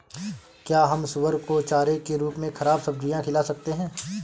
क्या हम सुअर को चारे के रूप में ख़राब सब्जियां खिला सकते हैं?